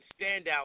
standout